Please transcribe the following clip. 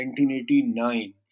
1989